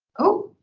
oh,